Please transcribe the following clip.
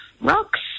rocks